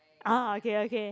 ah okay okay